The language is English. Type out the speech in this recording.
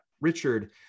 Richard